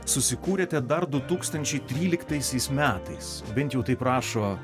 susikūrėte dar du tūkstančiai tryliktaisiais metais bent jau taip rašo